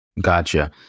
Gotcha